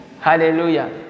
Hallelujah